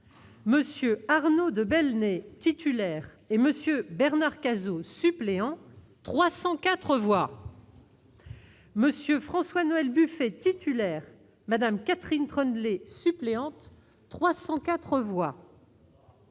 M. Arnaud de Belenet, titulaire, et M. Bernard Cazeau, suppléant, 304 voix ; M. François-Noël Buffet, titulaire, et Mme Catherine Troendlé, suppléante, 304 voix